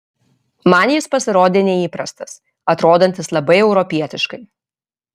man jis pasirodė neįprastas atrodantis labai europietiškai